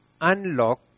unlock